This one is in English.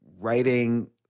writing